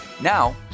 Now